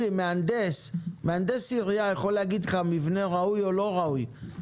מהנדס עירייה יכול להגיד לך אם המבנה ראוי או לא ראוי.